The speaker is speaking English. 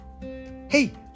hey